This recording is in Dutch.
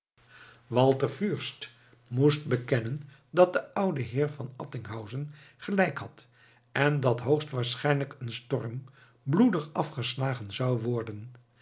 walter fürst moest bekennen dat de oude heer van attinghausen gelijk had en dat hoogstwaarschijnlijk een storm bloedig afgeslagen zou worden